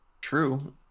true